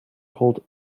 called